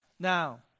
Now